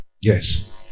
Yes